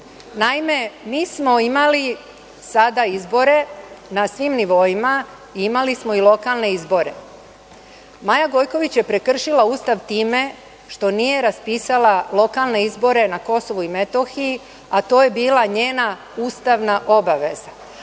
Naime, mi smo imali sada izbore na svim nivoima, imali smo i lokalne izbore. Maja Gojković je prekršila Ustav time što nije raspisala lokalne izbore na Kosovu i Metohiji, a to je bila njena ustavna obaveza.